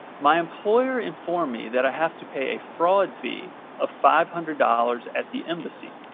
my employer informed me that i have to pay a fraud fee of five hundred dollars at the embassy.